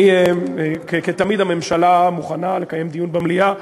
כתמיד, הממשלה מוכנה לקיים דיון במליאה.